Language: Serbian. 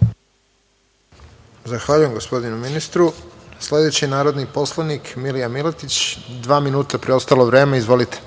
**Radovan Tvrdišić** Zahvaljujem gospodinu ministru. Sledeći narodni poslanik Milija Miletić, dva minuta preostalo vreme, izvolite.